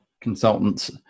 consultants